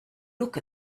look